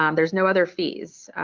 um there's no other fees.